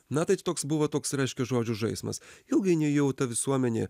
na tai toks buvo toks reiškia žodžių žaismas ilgainiui jau ta visuomenė